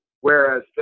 whereas